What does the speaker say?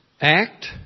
act